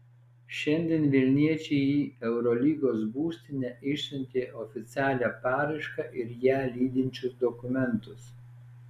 šiandien vilniečiai į eurolygos būstinę išsiuntė oficialią paraišką ir ją lydinčius dokumentus